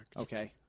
Okay